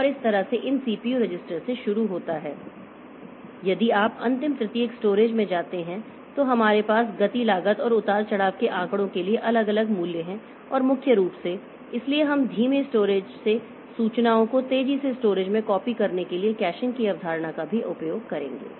और इस तरह से इन सीपीयू रजिस्टर से शुरू होता है यदि आप अंतिम तृतीयक स्टोरेज में जाते हैं तो हमारे पास गति लागत और उतार चढ़ाव के आंकड़ों के लिए अलग अलग मूल्य हैं और मुख्य रूप से इसलिए हम धीमे स्टोरेज से सूचनाओं को तेजी से स्टोरेज में कॉपी करने के लिए कैशिंग की अवधारणा का भी उपयोग करेंगे